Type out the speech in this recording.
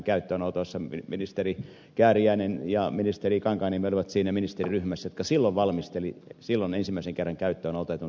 silloinen ministeri kääriäinen ja ministeri kankaanniemi olivat siinä ministeriryhmässä jotka silloin valmistelivat ensimmäisen kerran käyttöön otetun suhdannelainan instrumentit